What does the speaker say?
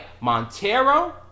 Montero